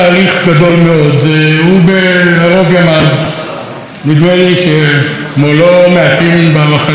הוא, בערוב ימיו, נדמה לי כמו לא מעטים במחנה שלו,